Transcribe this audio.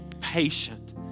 patient